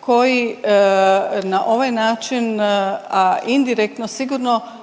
koji na ovaj način, a indirektno